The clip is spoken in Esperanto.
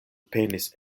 penis